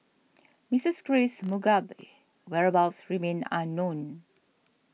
Mistress Grace Mugabe whereabouts remain unknown